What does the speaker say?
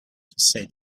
say